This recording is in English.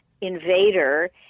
invader